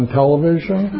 television